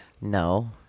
No